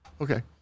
Okay